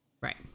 Right